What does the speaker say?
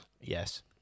Yes